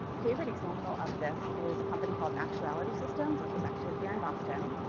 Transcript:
favorite example of this is a company called actuality systems, which was actually here in boston.